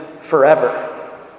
forever